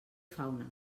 fauna